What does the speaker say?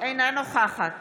אינה נוכחת